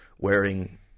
Wearing